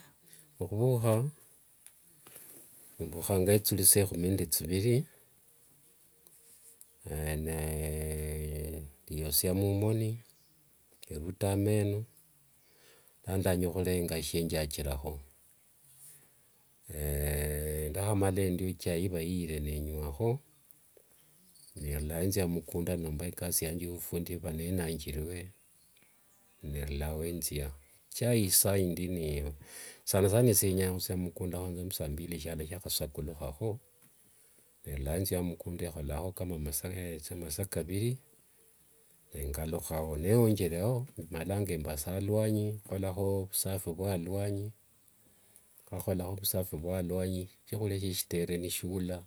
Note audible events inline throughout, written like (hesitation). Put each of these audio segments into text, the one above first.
(noise) okhuvukha, embukhanga ethuli, isaa ya ekhumi ne thiviri (hesitation) ndeyosia mumoni, nderuta ameno, lano ndenya khulenga eshienjachirakho (hesitation) ndekhamala endio ichai niva niyire nenywakho. Nerulayo thiakho ekasi yange yo umukunda nomba ikasi yanje yo ovufundi nemba nenanjirue, nerulao enzia. Ichai isaindi sana sana esie nyangakhuthia mumukunda huanzira musambili shialo shiakhasakulukhakho. Nerulayo thia mumukunda masaa kama kaviri nengalukha. Newonjereo, emalanga mbasa aluanyi, khukholakho musafi vwa aluanyi. Ndakhakholakho musafi vwa aluanyi, shiakhulia seshitere nishula,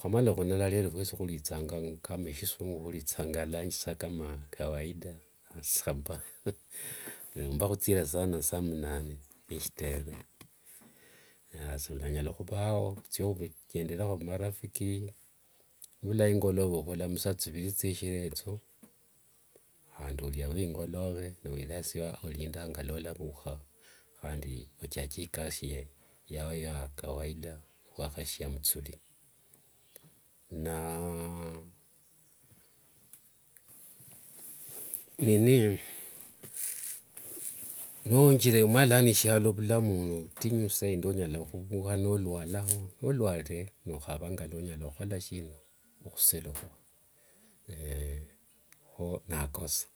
khwamala khunala phuesi, khulithanga kama sisungu. Khulithanga lanji kama kawaida saba (laughs) nomba nikhuthire sana saa munane, eshitere. Nasi enyala khuvao, nziengenderekho marafiki, niyula ingolove saa thiviri ethio nehandi oria vwingolove (unintelligible) khurinda ngilua olavukha khandi ochake ikasi yao ya kawaida vwakhashia muthuri (hesitation) nowonjeremo shialo vulamu ni vutinyu isa indi onyala okhuvukha nolwalakho, noliarire nokhava ngilua onyala onyala khukhola shina okhusirikhwa kho naako saa.